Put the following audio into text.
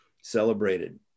celebrated